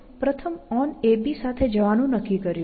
આપણે પ્રથમ onAB સાથે જવાનું નક્કી કર્યું